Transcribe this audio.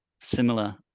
Similar